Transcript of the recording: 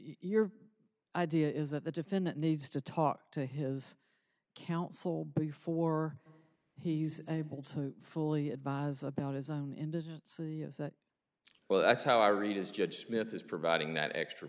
your idea is that the defendant needs to talk to his counsel before he's able to fully advise about his own indigence well that's how i read is judge smith is providing that extra